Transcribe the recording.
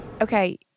Okay